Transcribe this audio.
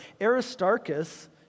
Aristarchus